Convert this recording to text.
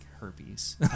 herpes